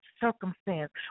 circumstance